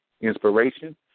inspiration